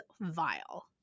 vile